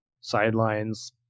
sidelines